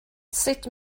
sut